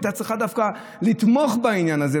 שהיא הייתה צריכה דווקא לתמוך בעניין הזה,